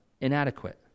inadequate